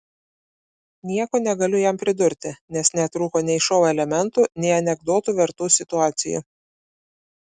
nieko negaliu jam pridurti nes netrūko nei šou elementų nei anekdotų vertų situacijų